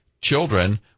children